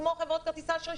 כמו חברות כרטיסי האשראי,